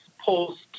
post